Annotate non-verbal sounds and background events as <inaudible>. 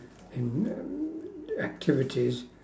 in~ <noise> activities